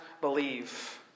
believe